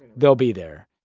they'll be there.